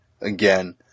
again